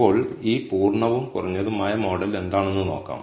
ഇപ്പോൾ ഈ പൂർണ്ണവും കുറഞ്ഞതുമായ മോഡൽ എന്താണെന്ന് നോക്കാം